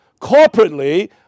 Corporately